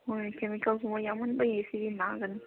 ꯍꯣꯏ ꯀꯦꯃꯤꯀꯦꯜꯒꯨꯝꯕ ꯌꯥꯝꯃꯟꯕꯒꯤ ꯁꯤꯗꯤ ꯅꯥꯒꯅꯤ